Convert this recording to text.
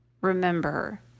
remember